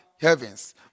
heavens